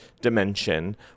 dimension